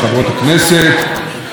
שמענו לא מזמן,